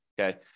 Okay